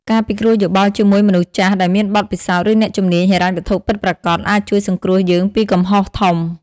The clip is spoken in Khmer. ការពិគ្រោះយោបល់ជាមួយមនុស្សចាស់ដែលមានបទពិសោធន៍ ឬអ្នកជំនាញហិរញ្ញវត្ថុពិតប្រាកដ អាចជួយសង្គ្រោះយើងពីកំហុសធំ។